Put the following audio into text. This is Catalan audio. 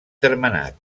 termenat